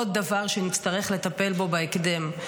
עוד דבר שנצטרך לטפל בו בהקדם.